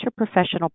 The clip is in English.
interprofessional